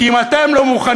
כי אם אתם לא מוכנים